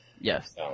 Yes